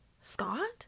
Scott